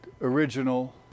original